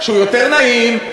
שהוא יותר נעים,